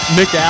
Nick